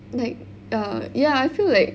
like ya ya I feel like